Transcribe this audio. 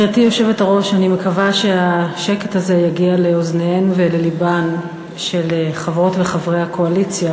אני מקווה שהשקט הזה יגיע לאוזניהן וללבן של חברות וחברי הקואליציה,